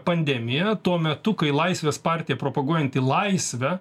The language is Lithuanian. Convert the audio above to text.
pandemiją tuo metu kai laisvės partija propaguojanti laisvę